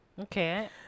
Okay